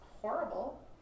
horrible